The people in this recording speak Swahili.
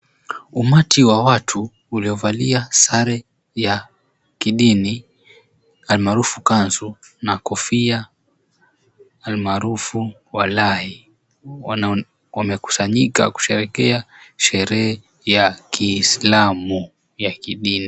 Umati wa watu uliovalia sare ya kidini almarufu kanzu na kofia almarufu walahi. Wamekusanyika kusherehekea sherehe ya kiisilamu ya kidini.